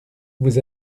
vous